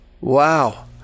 Wow